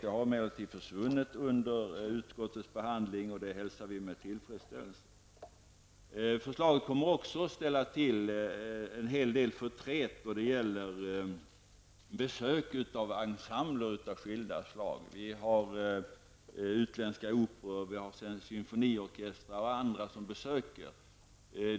Detta har emellertid försvunnit under utskottets behandling, och det hälsar vi med tillfredsställelse. Förslaget kommer även att ställa till en hel del förtret då det gäller besök av ensembler av skilda slag. Utländska operor, symfoniorkestrar och andra artister besöker Sverige.